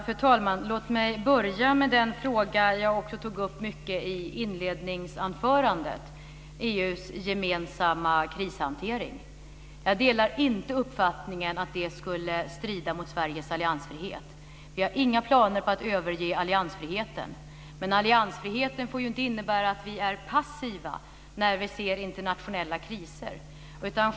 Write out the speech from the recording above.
Fru talman! Låt mig börja med den fråga som jag tog upp i mitt inledningsanförande, nämligen EU:s gemensamma krishantering. Jag delar inte uppfattningen att den skulle strida mot Sveriges alliansfrihet. Vi har inga planer på att överge alliansfriheten. Men alliansfriheten får ju inte innebära att vi är passiva när vi ser internationella kriser.